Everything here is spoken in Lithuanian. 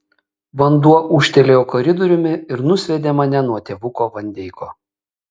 vanduo ūžtelėjo koridoriumi ir nusviedė mane nuo tėvuko van deiko